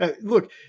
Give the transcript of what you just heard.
look